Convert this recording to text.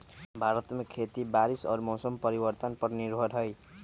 भारत में खेती बारिश और मौसम परिवर्तन पर निर्भर हई